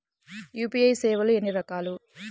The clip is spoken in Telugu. యూ.పీ.ఐ సేవలు ఎన్నిరకాలు?